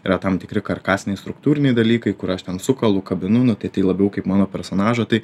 yra tam tikri karkasiniai struktūriniai dalykai kur aš ten sukalu kabinu nu tai tai labiau kaip mano personažo tai